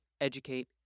educate